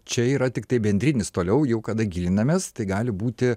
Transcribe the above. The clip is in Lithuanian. čia yra tiktai bendrinis toliau jau kada gilinamės tai gali būti